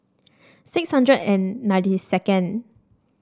six hundred and ninety second